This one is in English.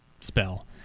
spell